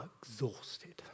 exhausted